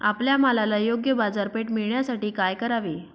आपल्या मालाला योग्य बाजारपेठ मिळण्यासाठी काय करावे?